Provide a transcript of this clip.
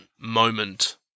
moment